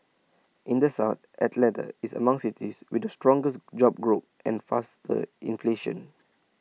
in the south Atlanta is among cities with the strongest job growth and faster inflation